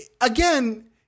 Again